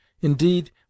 Indeed